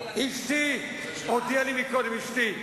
אין בעיה, אני אתן כמה זמן שאתם רוצים.